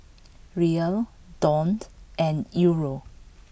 Riel Dong and Euro